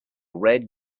red